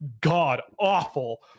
god-awful